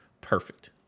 perfect